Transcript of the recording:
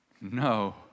No